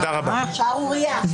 שערורייה.